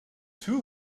two